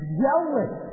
yelling